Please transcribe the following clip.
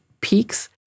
peaks